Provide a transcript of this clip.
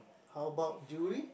how about jewellery